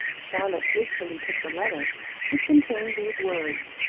charlotte hastily took the letter it contained these words